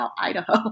Idaho